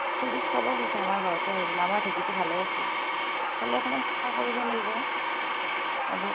খুৰীক ক'ব পিছে আমাৰ ঘৰতে আহিবলে আমাৰ ঢেঁকীতো ভালে আছে খালি অকণমান চাফা কৰিব লাগিব অলপ